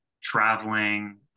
traveling